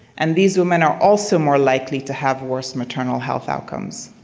and these women are also more likely to have worse maternal health outcomes.